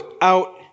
out